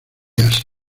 asia